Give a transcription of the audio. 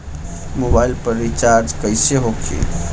Mobile पर recharge कैसे होखी?